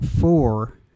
four